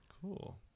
Cool